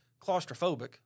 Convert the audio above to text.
claustrophobic